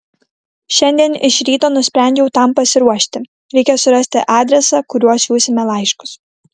šiandien iš ryto nusprendžiau tam pasiruošti reikia surasti adresą kuriuo siųsime laiškus